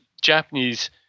Japanese